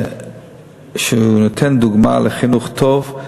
ושהוא נותן דוגמה לחינוך טוב.